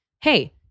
hey